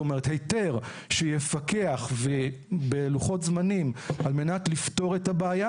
היתר שיפקח בלוחות זמנים על מנת לפתור את הבעיה